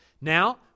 Now